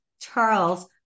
Charles